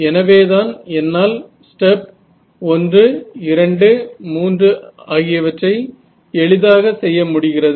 எனவேதான் என்னால் ஸ்டெப் 1 2 3 ஆகியவற்றை எளிதாக செய்ய முடிகிறது